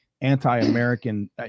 anti-American